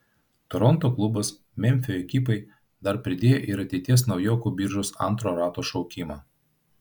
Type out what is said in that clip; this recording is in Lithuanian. toronto klubas memfio ekipai dar pridėjo ir ateities naujokų biržos antro rato šaukimą